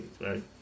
right